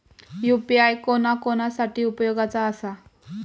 UPI कोणा कोणा साठी उपयोगाचा आसा?